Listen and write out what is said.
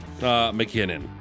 McKinnon